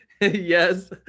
yes